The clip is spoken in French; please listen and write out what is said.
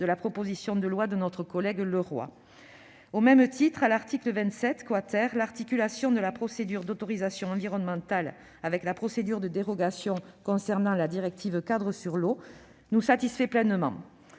à la proposition de loi d'Henri Leroy. Au même titre, à l'article 27 , l'articulation de la procédure d'autorisation environnementale avec la procédure de dérogation concernant la directive-cadre sur l'eau nous satisfait pleinement.